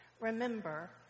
Remember